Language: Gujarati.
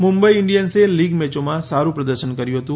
મુંબઈ ઇન્ડિયન્સે લીગ મેચોમાં સારૂ પ્રદર્શન કર્યું હતું